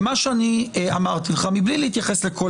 מה שאני אמרתי לך מבלי להתייחס לכל